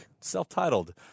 self-titled